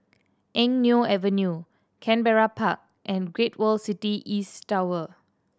Eng Neo Avenue Canberra Park and Great World City East Tower